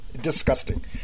disgusting